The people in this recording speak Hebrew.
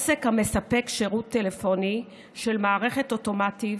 עוסק המספק שירות טלפוני של מערכת אוטומטית